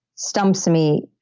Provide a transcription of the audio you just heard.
stumps me,